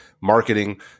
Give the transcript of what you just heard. marketing